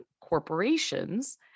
corporations